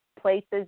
places